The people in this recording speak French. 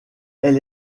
elle